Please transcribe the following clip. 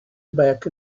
back